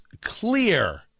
clear